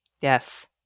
Yes